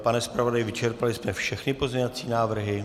Pane zpravodaji, vyčerpali jsme všechny pozměňovací návrhy?